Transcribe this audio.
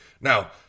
Now